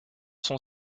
son